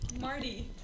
Marty